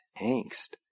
angst